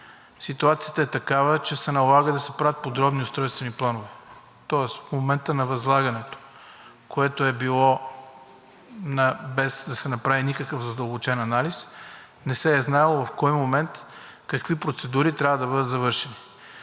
ситуацията е такава, че се налага да се правят подробни устройствени планове. Тоест в момента на възлагането, което е било, без да се направи никакъв задълбочен анализ, не се е знаело в кой момент какви процедури трябва да бъдат завършени.